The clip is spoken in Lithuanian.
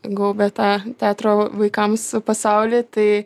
gaubia tą teatro vaikams pasaulį tai